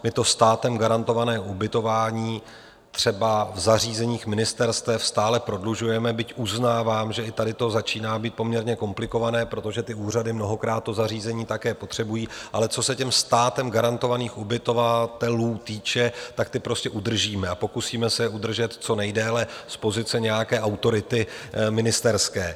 My to státem garantované ubytování třeba v nařízeních ministerstev stále prodlužujeme, byť uznávám, že i tady to začíná být poměrně komplikované, protože ty úřady mnohokrát to zařízení také potřebují, ale co se státem garantovaných ubytovatelů týče, ty prostě udržíme a pokusíme se je udržet co nejdéle z pozice nějaké autority ministerské.